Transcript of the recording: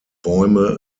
bäume